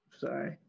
sorry